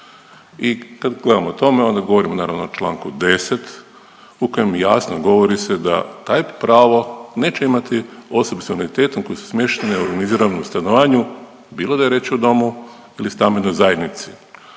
I kad govorimo o tome onda govorimo naravno o čl. 10. u kojem jasno govori se da taj pravo neće imati osobe s invaliditetom koje su smještene u organiziranom stanovanju, bilo da je riječ o domu ili stambenoj zajednici.